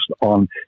on